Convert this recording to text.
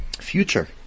future